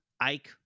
Ike